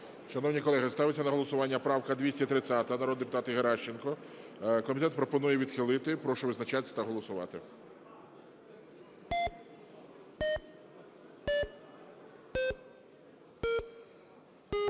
Шановні колеги, ставиться на голосування правка 230 народної депутатки Геращенко. Комітет пропонує відхилити. Прошу визначатися та голосувати.